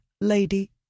lady